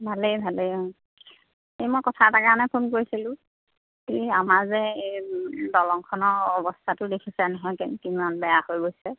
ভালেই ভালেই এই মই কথা এটা কাৰণে ফোন কৰিছিলোঁ এই আমাৰ যে এই দলংখনৰ অৱস্থাটো দেখিছা নহয় কেন কিমান বেয়া হৈ গৈছে